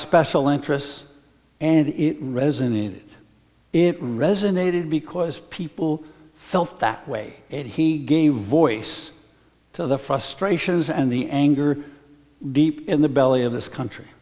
special interests and it resonated it resonated because people felt that way and he gave voice to the frustrations and the anger deep in the belly of this country